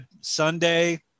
Sunday